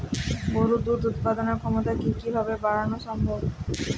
গরুর দুধ উৎপাদনের ক্ষমতা কি কি ভাবে বাড়ানো সম্ভব?